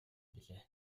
билээ